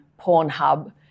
Pornhub